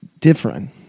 different